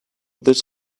this